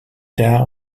tard